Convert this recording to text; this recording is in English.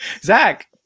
Zach